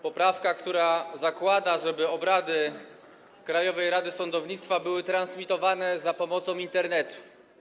Poprawka zakłada, że obrady Krajowej Rady Sądownictwa będą transmitowane za pomocą Internetu.